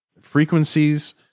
frequencies